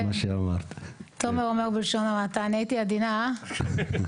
תכנית נוספת היא תכנית שבעצם עוסקת בכל הנושא של השימוש